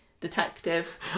detective